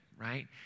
Right